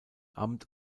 amt